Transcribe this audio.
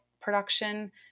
production